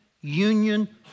Union